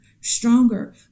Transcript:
stronger